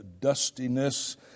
dustiness